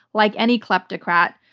like any kleptocrat,